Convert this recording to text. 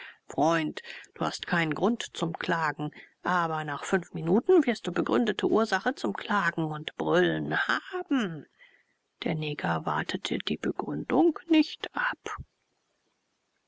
freund du hast keinen grund zum klagen aber nach fünf minuten wirst du begründete ursache zum klagen und brüllen haben der neger wartete die begründung nicht ab